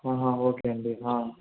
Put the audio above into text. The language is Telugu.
ఓకే అండి